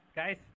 guys